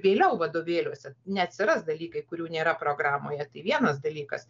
vėliau vadovėliuose neatsiras dalykai kurių nėra programoje tai vienas dalykas